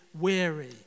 weary